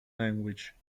language